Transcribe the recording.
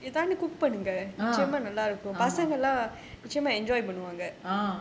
uh uh uh